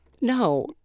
no